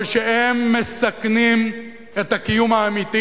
אבל הם מסכנים את הקיום האמיתי